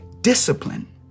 discipline